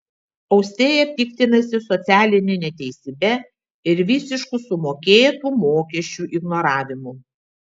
austėja piktinasi socialine neteisybe ir visišku sumokėtų mokesčių ignoravimu